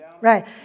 right